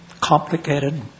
complicated